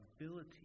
ability